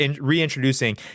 reintroducing